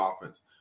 offense